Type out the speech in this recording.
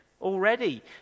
already